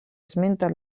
esmenta